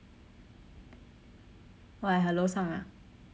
why her 楼上 ah